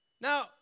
Now